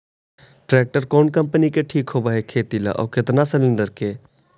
Tractor कोन company के ठीक होब है खेती ल औ केतना सलेणडर के?